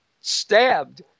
stabbed